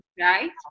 right